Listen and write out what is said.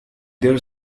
their